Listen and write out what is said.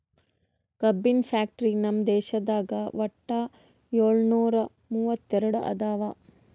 ಕಬ್ಬಿನ್ ಫ್ಯಾಕ್ಟರಿ ನಮ್ ದೇಶದಾಗ್ ವಟ್ಟ್ ಯೋಳ್ನೂರಾ ಮೂವತ್ತೆರಡು ಅದಾವ್